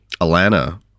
alana